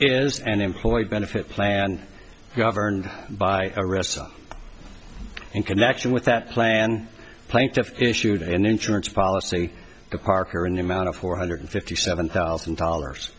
is an employee benefit plan governed by arrests in connection with that plan plaintiff issued an insurance policy of parker in the amount of four hundred fifty seven thousand dollars